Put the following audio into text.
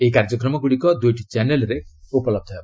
ଏହି କାର୍ଯ୍ୟକ୍ରମଗୁଡ଼ିକ ଦୁଇଟି ଚ୍ୟାନେଲ୍ରେ ଉପଲବ୍ଧ ହେବ